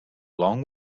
long